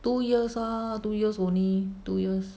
two years ah two years only two years